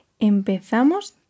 Empezamos